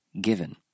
given